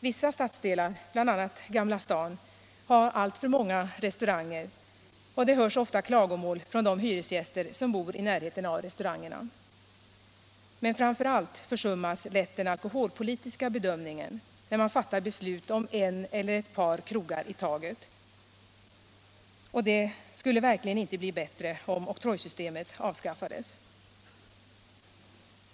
Vissa stadsdelar, bl.a. Gamla stan, har alltför många restauranger och det hörs ofta klagomål från de hyresgäster som bor i närheten av restaurangerna. Men framför allt försummas lätt den alkoholpolitiska bedömningen när man fattar beslut om en eller ett par krogar i taget! Det skulle verkligen inte bli bättre om oktrojsystemet avskaffades.